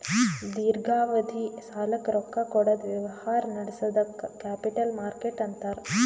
ದೀರ್ಘಾವಧಿ ಸಾಲಕ್ಕ್ ರೊಕ್ಕಾ ಕೊಡದ್ ವ್ಯವಹಾರ್ ನಡ್ಸದಕ್ಕ್ ಕ್ಯಾಪಿಟಲ್ ಮಾರ್ಕೆಟ್ ಅಂತಾರ್